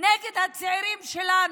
נגד הצעירים שלנו,